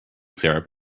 syrup